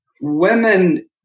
Women